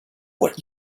what